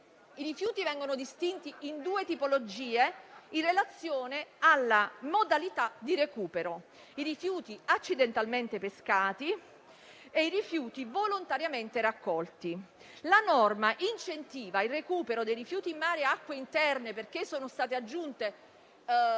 I rifiuti vengono distinti in due tipologie in relazione alla modalità di recupero: i rifiuti accidentalmente pescati e quelli volontariamente raccolti. La norma incentiva il recupero dei rifiuti in mare e acque interne - con un emendamento